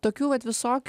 tokių kad visok